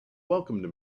welcomed